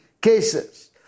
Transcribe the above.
cases